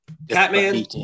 Batman